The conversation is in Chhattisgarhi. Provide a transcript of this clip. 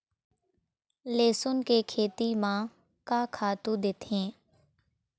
लेसुन के खेती म का खातू देथे?